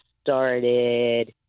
started